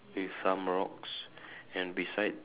with some rocks and beside